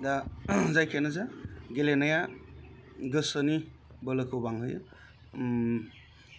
दा जायखियानो जा गेलेनाया गोसोनि बोलोखौ बांहोयो